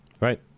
Right